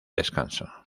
descanso